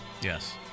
Yes